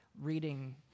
reading